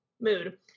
mood